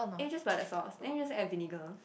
and you just buy that sauce then you just add vinegar